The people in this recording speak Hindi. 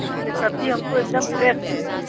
लेकिन ये सब्ज़ी हमको एकदम फ्रेस चाहिए